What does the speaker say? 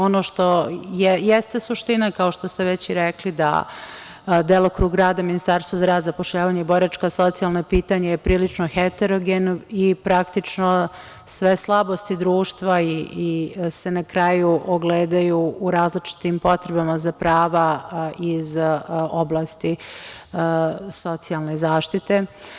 Ono što jeste suština, kao što ste već i rekli, da delokrug rada Ministarstva za rad, zapošljavanje, boračka i socijalna pitanja je prilično heterogeno i praktično sve slabosti društva se na kraju ogledaju u različitim potrebama za prava iz oblasti socijalne zaštite.